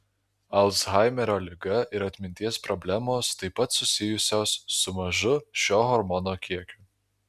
alzheimerio liga ir atminties problemos taip pat susijusios su mažu šio hormono kiekiu